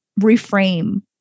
reframe